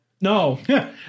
No